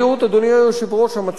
המצב קשה לא פחות.